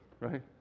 right